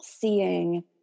seeing